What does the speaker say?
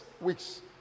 weeks